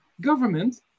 government